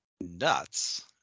nuts